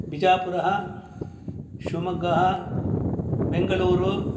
बिजापुरः शिवमोग्गः बेङ्गलूरु